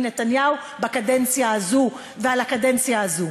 נתניהו בקדנציה הזאת ועל הקדנציה הזאת,